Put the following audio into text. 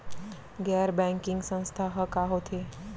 गैर बैंकिंग संस्था ह का होथे?